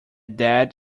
dad